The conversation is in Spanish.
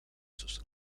sus